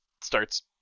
starts